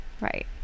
right